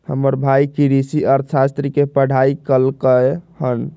हमर भाई कृषि अर्थशास्त्र के पढ़ाई कल्कइ ह